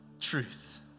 truth